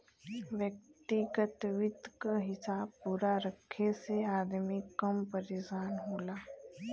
व्यग्तिगत वित्त क हिसाब पूरा रखे से अदमी कम परेसान होला